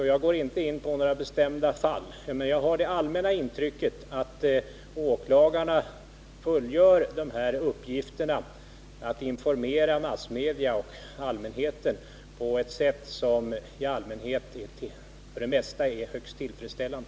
Jag går inte in på några särskilda fall, men jag har det allmänna intrycket att åklagarna fullgör uppgiften att informera massmedia och allmänheten på ett sätt som för det mesta är högst tillfredsställande.